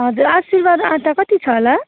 हजुर आशीर्वाद आँटा कति छ होला